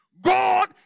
God